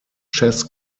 chess